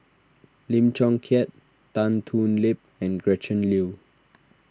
Lim Chong Keat Tan Thoon Lip and Gretchen Liu